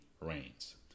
reigns